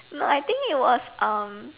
no I think it was um